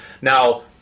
Now